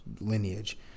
lineage